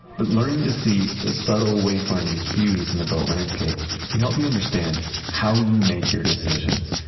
but learning to see the subtle wayfinding cues in the belt landscape can help you understand how you make your decisions,